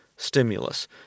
stimulus